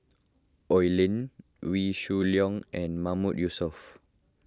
Oi Lin Wee Shoo Leong and Mahmood Yusof